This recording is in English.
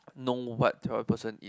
know what type of person is